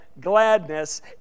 gladness